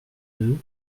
deux